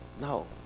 No